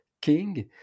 king